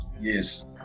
Yes